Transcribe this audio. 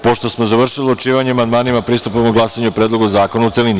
Pošto smo završili odlučivanje o amandmanima, pristupamo glasanju o Predlogu zakona u celini.